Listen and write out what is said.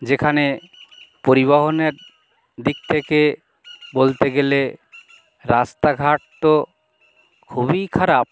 যেখানে পরিবহনের দিক থেকে বলতে গেলে রাস্তাঘাট তো খুবই খারাপ